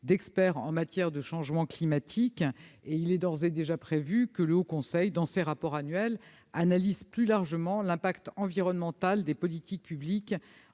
d'experts en matière de changement climatique. Il est d'ores et déjà prévu que le Haut Conseil dans ses rapports annuels analyse plus largement l'incidence environnementale des politiques publiques